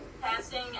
passing